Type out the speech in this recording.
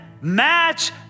match